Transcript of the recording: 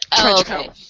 Okay